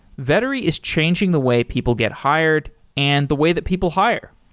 vettery is changing the way people get hired and the way that people hire.